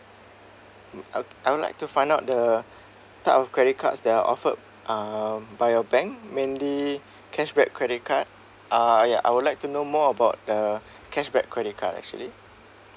I I would like to find out the type of credit cards that are offered um by your bank mainly cashback credit card ah ya I would like to know more about the cashback credit card actually